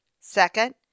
Second